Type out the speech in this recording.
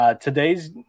Today's